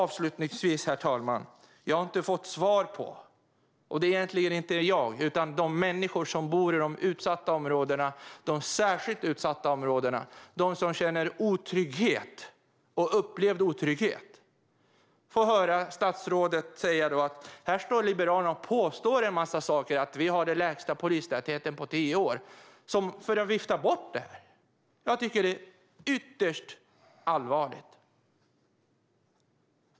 Avslutningsvis, herr talman, får vi höra statsrådet säga att här står Liberalerna och påstår en massa saker som att vi har den lägsta polistätheten på tio år, och det säger han för att vifta bort det här. Men det är egentligen inte jag som får det svaret, utan det är de människor som bor i de särskilt utsatta områdena, de som upplever otrygghet, och det tycker jag är ytterst allvarligt!